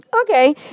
okay